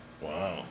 Wow